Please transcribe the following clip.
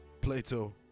Plato